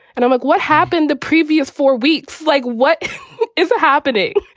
and i'm like, what happened the previous four weeks? like, what is happening?